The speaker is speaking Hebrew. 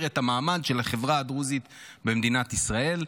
את המעמד של החברה הדרוזית במדינת ישראל.